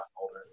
older